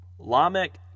Lamech